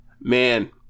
man